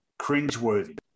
cringeworthy